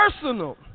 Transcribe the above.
personal